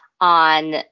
on